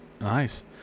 nice